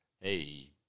hey